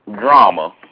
Drama